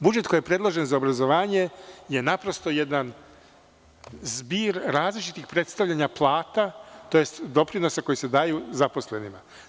Budžet koji je predložen za obrazovanje je naprosto jedan zbir različitih predstavljanja plata tj. doprinosa koji se daju zaposlenima.